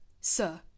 Sir